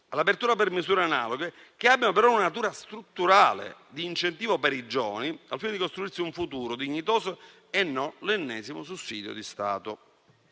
un'apertura per misure analoghe, che abbiano però una natura strutturale di incentivo per i giovani, al fine di costruirsi un futuro dignitoso, e non l'ennesimo sussidio di Stato.